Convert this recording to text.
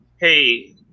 hey